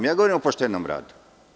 Ja govorim o poštenom radu.